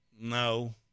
no